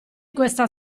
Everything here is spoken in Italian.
questa